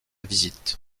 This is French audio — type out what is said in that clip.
visite